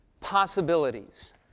possibilities